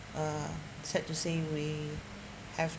uh sad to say we have